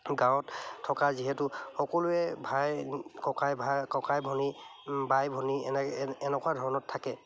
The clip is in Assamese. গাঁৱত থকা যিহেতু সকলোৱে ভাই ককাই ভাই ককাই ভনী বাই ভনী এনেকৈ এনেকুৱা ধৰণত থাকে